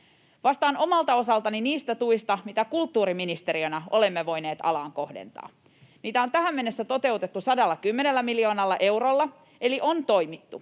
Vastaan omalta osaltani niistä tuista, mitä kulttuuriministeriönä olemme voineet alaan kohdentaa. Niitä on tähän mennessä toteutettu 110 miljoonalla eurolla — eli on toimittu.